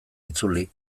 itzuli